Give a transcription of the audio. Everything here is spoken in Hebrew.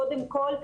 קודם כול,